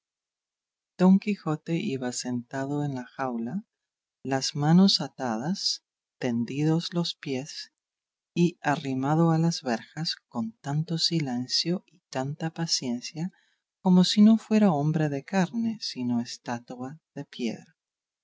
don quijote iba sentado en la jaula las manos atadas tendidos los pies y arrimado a las verjas con tanto silencio y tanta paciencia como si no fuera hombre de carne sino estatua de piedra